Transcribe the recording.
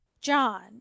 john